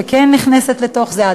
שכן נכנסת לתוך זה,